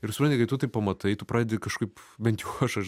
ir supranti kai tu tai pamatai tu pradedi kažkaip bent jau aš aš